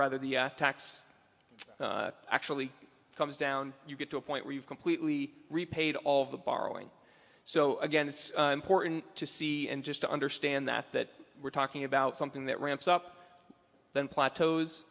rather the tax actually comes down you get to a point where you've completely repaid all of the borrowing so again it's important to see and just to understand that that we're talking about something that ramps up then pl